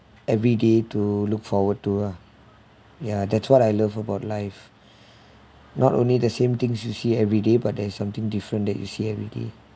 every day to look forward to ah ya that's what I love about life not only the same thing you see everyday but there is something different that you see every day